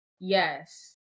Yes